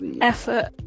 effort